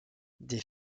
des